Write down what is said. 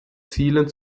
zielen